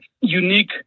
unique